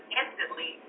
instantly